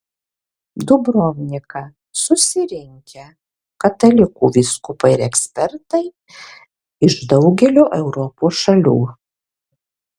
dubrovniką susirinkę katalikų vyskupai ir ekspertai iš daugelio europos šalių